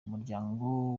umuryango